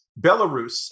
Belarus